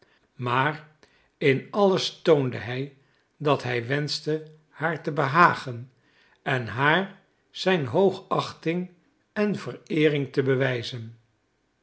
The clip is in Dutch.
maar in alles toonde hij dat hij wenschte haar te behagen en haar zijn hoogachting en vereering te bewijzen